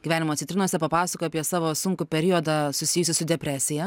gyvenimo citrinose papasakojai apie savo sunkų periodą susijusį su depresija